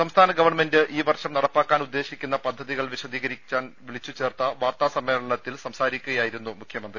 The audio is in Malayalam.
സംസ്ഥാന ഗവൺമെന്റ് ഈ വർഷം നടപ്പാക്കാൻ ഉദ്ദേശിക്കുന്ന പദ്ധതികൾ വിശദീകരിക്കാൻ വിളിച്ചുചേർത്ത വാർത്താ സമ്മേളനത്തിൽ സംസാരിക്കുകയായിരുന്നുമുഖ്യമന്ത്രി